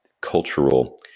cultural